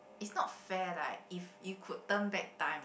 it's not fair like if you could turn back time